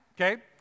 okay